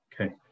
Okay